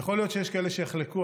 יכול להיות שיש כאלה שיחלקו,